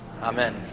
Amen